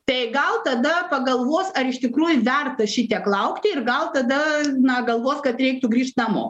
tai gal tada pagalvos ar iš tikrųjų verta šitiek laukti ir gal tada na galvos kad reiktų grįžt namo